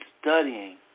studying